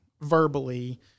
Verbally